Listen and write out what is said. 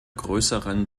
größeren